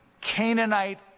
Canaanite